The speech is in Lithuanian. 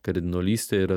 kardinolystę yra